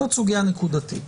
זאת סוגייה נקודתית.